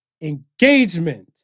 engagement